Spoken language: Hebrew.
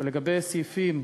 לגבי סעיפים,